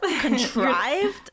contrived